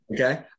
Okay